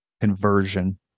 conversion